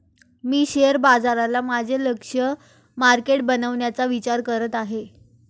मी share बाजाराला माझे लक्ष्य मार्केट बनवण्याचा विचार करत आहे